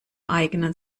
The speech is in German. eigenen